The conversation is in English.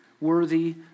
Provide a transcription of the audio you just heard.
worthy